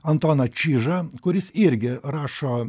antoną čižą kuris irgi rašo